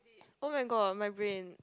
oh my god my brain